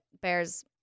bears